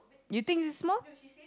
you think this is small